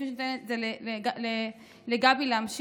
לפני שאני נותנת את זה לגבי להמשיך.